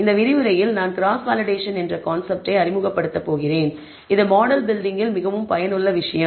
இந்த விரிவுரையில் நான் கிராஸ் வேலிடேஷன் என்ற கான்செப்ட்டை அறிமுகப்படுத்தப் போகிறேன் இது மாடல் பில்டிங் கில் மிகவும் பயனுள்ள விஷயம்